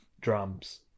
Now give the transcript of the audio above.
drums